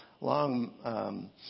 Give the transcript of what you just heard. long